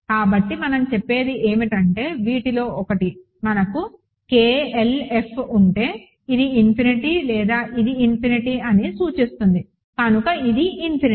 కాబట్టి మనం చెప్పేది ఏమిటంటే వీటిలో ఒకటి మనకు K L F ఉంటే ఇది ఇన్ఫినిటీ లేదా ఇది ఇన్ఫినిటీ అని సూచిస్తుంది కనుక ఇది ఇన్ఫినిటీ